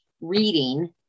reading